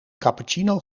cappuccino